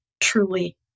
truly